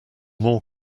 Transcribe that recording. more